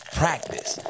practice